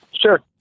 Sure